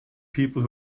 people